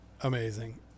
Amazing